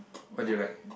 what do you like